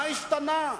מה השתנה?